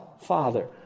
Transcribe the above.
Father